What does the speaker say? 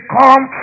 come